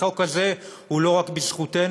החוק הזה הוא לא רק בזכותנו,